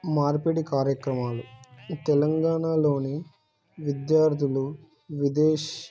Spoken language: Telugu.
మార్పిడి కార్యక్రమాలు తెలంగాణలోని విద్యార్థులు విదేశ్